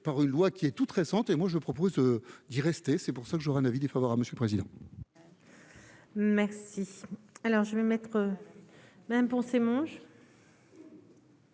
par une loi qui est toute récente, et moi je propose d'y rester, c'est pour ça que j'aurais un avis défavorable je le président. Merci, alors je vais mettre même pensé.